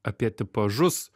apie tipažus